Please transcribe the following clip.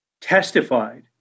testified